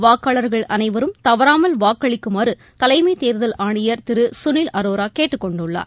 வாக்காளர்கள் அனைவரும் தவறாமல் வாக்களிக்குமாறுதலைமைதேர்தல் ஆணையர் திருகனில் அரோராகேட்டுக் கொண்டுள்ளார்